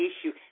issue